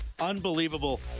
unbelievable